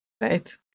Right